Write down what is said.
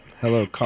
Hello